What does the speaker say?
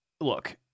look